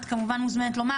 את כמובן מוזמנת לומר.